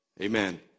Amen